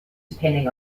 depending